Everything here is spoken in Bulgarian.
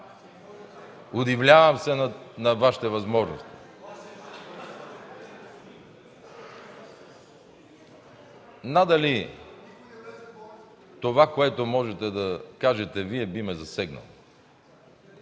Удивлявам се на Вашите възможности. Надали това, което можете да кажете Вие, би ме засегнало.